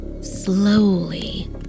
Slowly